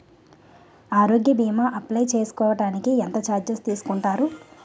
ఆరోగ్య భీమా అప్లయ్ చేసుకోడానికి ఎంత చార్జెస్ తీసుకుంటారు?